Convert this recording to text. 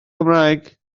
cymraeg